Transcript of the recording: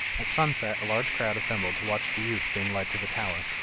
at sunset a large crowd assembled to watch the youth being led to the tower,